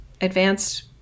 advanced